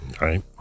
Right